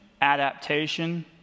adaptation